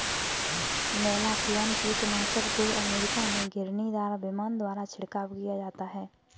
malathion कीटनाशक को America में घिरनीदार विमान द्वारा छिड़काव किया जाता है